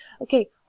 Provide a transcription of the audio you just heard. okay